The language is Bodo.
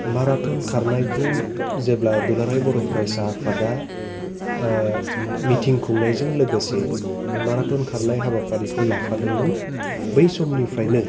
माराथन खारनायखौ जेब्ला दुलाराय बर' फरायसा आफादा मिथिं खुंनायजों लोगोसे बे माराथन खारनाय हाबाफारिखौ लाफादोंमोन बै समनिफ्रायनो